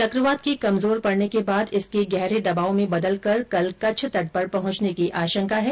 चकवात के कमजोर पड़ने के बाद इसके गहरे दबाव में बदलकर कल कच्छ तट पर पहुंचने की आशंका है